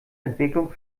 entwicklung